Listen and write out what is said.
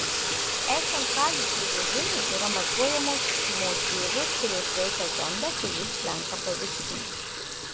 esant sąlyčio režimui yra matuojamos stūmos jėgos kurios veikia zondą kai jis slenka paviršiumi